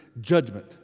judgment